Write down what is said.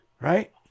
right